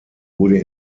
wurde